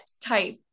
type